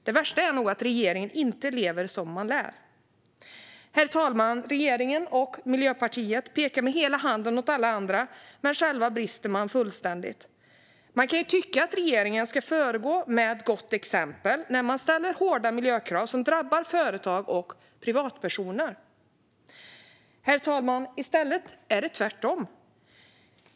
Det värsta är nog att regeringen inte lever som den lär. Herr talman! Regeringen och Miljöpartiet pekar med hela handen på alla andra, men själva brister de fullständigt. Man kan tycka att regeringen ska föregå med gott exempel när den ställer hårda miljökrav som drabbar företag och privatpersoner. Herr talman! I stället är det tvärtom.